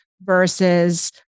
versus